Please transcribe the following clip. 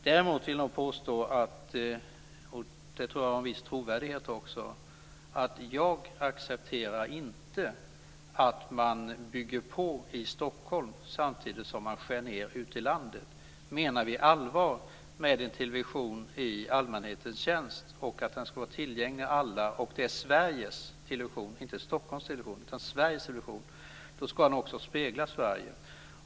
Däremot vill jag påstå - och där tror jag också att jag har en viss trovärdighet - att jag inte accepterar att man bygger på i Stockholm samtidigt som man skär ned ute i landet. Menar vi allvar med en television i allmänhetens tjänst, att den ska vara tillgänglig för alla och att den ska vara Sveriges, och inte Stockholms, television så ska den också spegla Sverige.